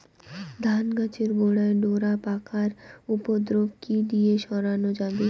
ধান গাছের গোড়ায় ডোরা পোকার উপদ্রব কি দিয়ে সারানো যাবে?